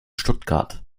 stuttgart